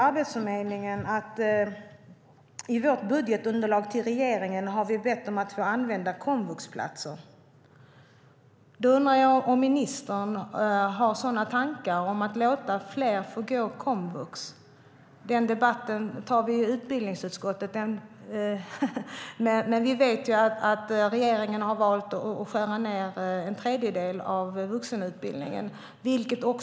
Arbetsförmedlingen skriver också: I vårt budgetunderlag till regeringen har vi bett om att få använda komvuxplatser. Jag undrar om ministern har några tankar på att låta fler få gå på komvux. Den debatten tar vi i utbildningsutskottet, men vi vet att regeringen har valt att skära ned vuxenutbildningen med en tredjedel.